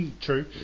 True